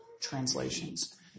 translations